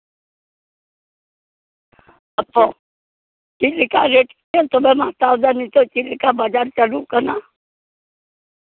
ᱟᱫᱚ ᱪᱮᱫᱞᱮᱠᱟ ᱨᱮᱹᱴᱛᱮᱢ ᱦᱟᱛᱟᱣᱫᱟ ᱱᱤᱛᱳᱜ ᱪᱮᱫᱞᱮᱠᱟ ᱵᱟᱡᱟᱨ ᱪᱟᱹᱞᱩᱜ ᱠᱟᱱᱟ